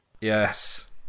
Yes